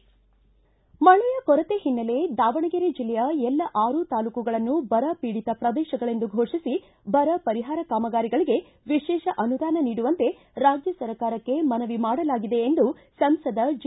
ಮಳೆಯ ಕೊರತೆ ಹಿನ್ನೆಲೆ ದಾವಣಗೆರೆ ಜಿಲ್ಲೆಯ ಎಲ್ಲ ಆರೂ ತಾಲ್ಲೂಕುಗಳನ್ನು ಬರ ಪೀಡಿತ ಪ್ರದೇಶಗಳೆಂದು ಫೋಷಿಸಿ ಬರ ಪರಿಹಾರ ಕಾಮಗಾರಿಗಳಿಗೆ ವಿಶೇಷ ಅನುದಾನ ನೀಡುವಂತೆ ರಾಜ್ಜ ಸರ್ಕಾರಕ್ಕೆ ಮನವಿ ಮಾಡಲಾಗಿದೆ ಎಂದು ಸಂಸದ ಜಿ